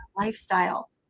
lifestyle